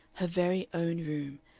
her very own room,